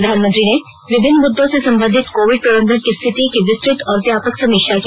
प्रधानमंत्री ने विभिन्न मुद्दों से संबंधित कोविड प्रबंधन की रिथति की विस्तृत और व्यापक समीक्षा की